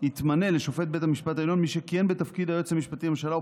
יתמנה לשופט בית המשפט העליון מי שכיהן בתפקיד היועץ המשפטי לממשלה או